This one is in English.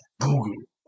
Google